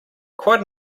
quite